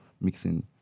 mixing